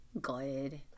Good